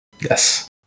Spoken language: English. Yes